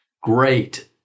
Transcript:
Great